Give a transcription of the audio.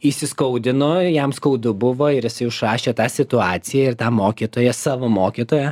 įsiskaudino jam skaudu buvo ir jisai užrašė tą situaciją ir tą mokytoją savo mokytoją